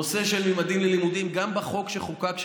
הנושא של "ממדים ללימודים" גם בחוק שחוקק,